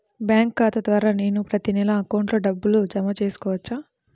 Bank ఖాతా ద్వారా నేను ప్రతి నెల అకౌంట్లో డబ్బులు జమ చేసుకోవచ్చా?